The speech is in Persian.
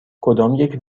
کدامیک